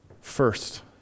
First